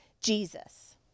Jesus